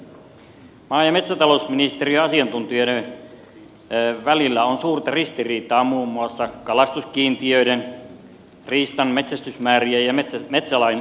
maa ja metsätalousministeriön ja asiantuntijoiden välillä on suurta ristiriitaa muun muassa kalastuskiintiöiden riistan metsästysmäärien ja metsälain suhteen